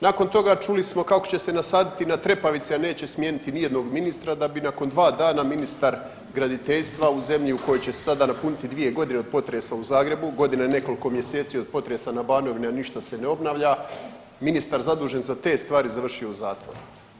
Nakon toga čuli smo kako će se nasaditi na trepavice, a neće smijeniti ni jednog ministra da bi nakon 2 dana ministar graditeljstva u zemlji u kojoj će se sada napuniti 2 godine od potresa u Zagrebu, godina i nekoliko mjeseci od potresa na Banovini, a ništa se ne obnavlja, ministar zadužen za te stvari završio u zatvoru.